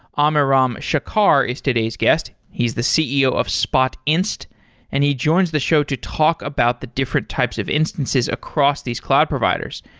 amiram shachar is today's guest. he's the ceo of spotinst and he joins the show to talk about the different types of instances across these cloud providers.